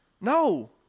No